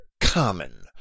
common